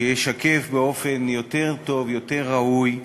שישקף באופן יותר טוב, יותר ראוי,